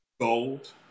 Gold